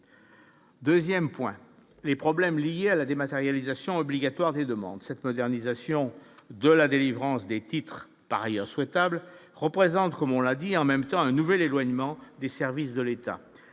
2ème point les problèmes liés à la dématérialisation obligatoires, des demandes cette modernisation de la délivrance des titres par ailleurs souhaitables représente comme on l'a dit et en même temps un nouvel éloignement des services de l'État,